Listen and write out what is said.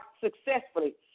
successfully